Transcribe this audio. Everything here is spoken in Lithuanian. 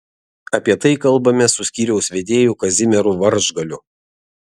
apie tai kalbamės su skyriaus vedėju kazimieru varžgaliu